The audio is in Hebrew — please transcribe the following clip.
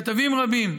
כתבים רבים,